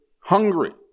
hungry